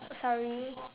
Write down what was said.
sorry